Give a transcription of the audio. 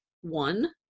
one